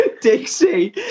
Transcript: Dixie